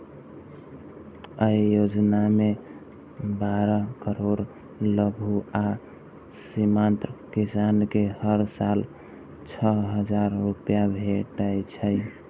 अय योजना मे बारह करोड़ लघु आ सीमांत किसान कें हर साल छह हजार रुपैया भेटै छै